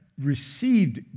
received